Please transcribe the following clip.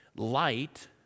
Light